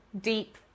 deep